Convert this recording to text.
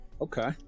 Okay